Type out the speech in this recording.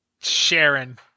Sharon